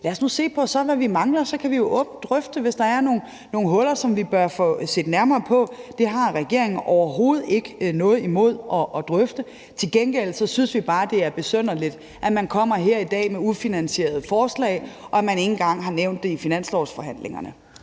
Lad os nu se på, hvad vi mangler, og så kan vi jo drøfte det, hvis der er nogle huller, som vi bør få set nærmere på. Det har regeringen overhovedet ikke noget imod at drøfte. Til gengæld synes vi bare, at det er besynderligt, at man kommer her i dag med ufinansierede forslag, og at man ikke engang har nævnt det i finanslovsforhandlingerne.